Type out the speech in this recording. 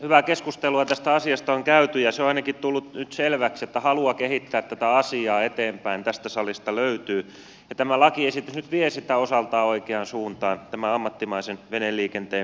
hyvää keskustelua tästä asiasta on käyty ja se on ainakin tullut nyt selväksi että halua kehittää tätä asiaa eteenpäin tästä salista löytyy ja tämä lakiesitys nyt vie sitä osaltaan oikeaan suuntaan tämän ammattimaisen veneliikenteen osalta